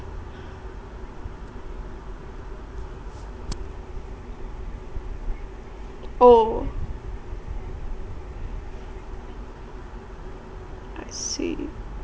oh I see